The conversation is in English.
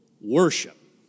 worship